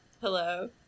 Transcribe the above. Hello